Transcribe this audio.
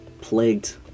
plagued